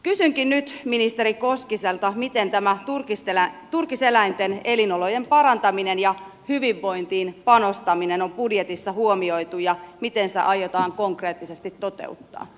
kysynkin nyt ministeri koskiselta miten tämä turkiseläinten elinolojen parantaminen ja hyvinvointiin panostaminen on budjetissa huomioitu ja miten ne aiotaan konkreettisesti toteuttaa